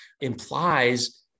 implies